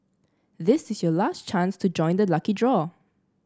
this is your last chance to join the lucky draw